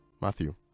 Matthew